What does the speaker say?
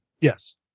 Yes